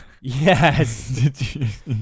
Yes